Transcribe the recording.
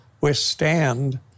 withstand